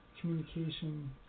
communication